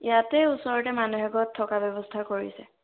ইয়াতে ওচৰতে মানুহ এঘৰত থকাৰ ব্যৱস্থা কৰিছে